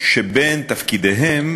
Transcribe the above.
ובין תפקידיהם